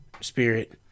Spirit